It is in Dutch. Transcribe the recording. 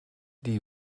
die